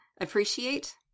appreciate